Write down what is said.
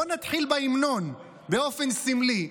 בוא נתחיל בהמנון, באופן סמלי.